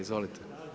Izvolite.